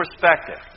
perspective